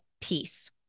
peace